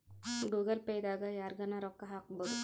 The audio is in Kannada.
ಗೂಗಲ್ ಪೇ ದಾಗ ಯರ್ಗನ ರೊಕ್ಕ ಹಕ್ಬೊದು